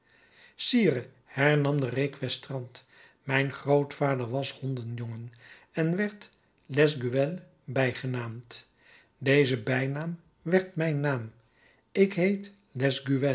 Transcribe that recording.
sire hernam de resquestrant mijn grootvader was hondenjongen en werd lesgueules bijgenaamd deze bijnaam werd mijn naam ik heet